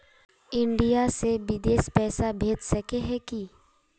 India से बिदेश पैसा भेज सके है की?